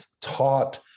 taught